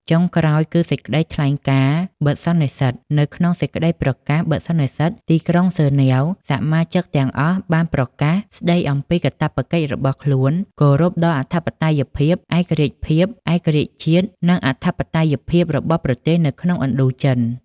ចុងក្រោយគឺ សេចក្តីថ្លែងការបិទសន្និសីទ នៅក្នុងសេចក្តីប្រកាសបិទសន្និសីទទីក្រុងហ្សឺណវ សមាជិកទាំងអស់បានប្រកាស ស្តីអំពីកាតព្វកិច្ចរបស់ខ្លួន គោរពដល់អធិបតេយ្យភាព ឯករាជ្យភាព ឯករាជ្យជាតិ និងអធិបតេយ្យភាពរបស់ប្រទេសនៅក្នុងឥណ្ឌូ ចិន។